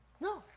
No